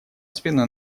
спину